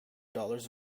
dollars